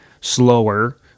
slower